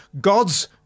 God's